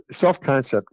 self-concept